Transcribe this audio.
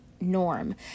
Norm